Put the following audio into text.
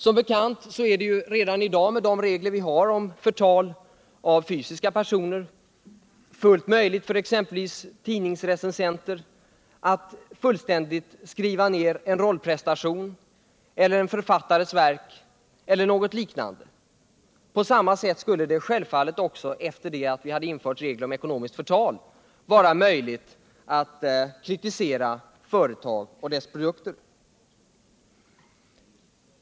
Som bekant är det med de regler vi har när det gäller förtal av fysiska personer redan i dag fullt möjligt för exempelvis tidningsrecensenter att fullständigt skriva ner en rollprestation, en författares verk eller något liknande. På samma sätt skulle det, efter det att vi hade infört regler om ekonomiskt förtal, självfallet vara möjligt att kritisera företag och deras produkter.